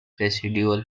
residual